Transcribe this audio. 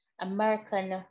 American